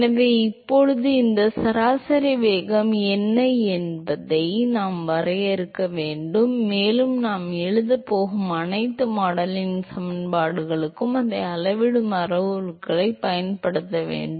எனவே இப்போது இந்த சராசரி வேகம் என்ன என்பதை நாம் வரையறுக்க வேண்டும் மேலும் நாம் எழுதப்போகும் அனைத்து மாடலிங் சமன்பாடுகளுக்கும் அதை அளவிடும் அளவுருவாகப் பயன்படுத்த வேண்டும்